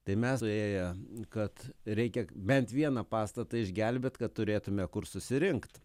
tai mes suėję kad reikia bent vieną pastatą išgelbėt kad turėtume kur susirinkt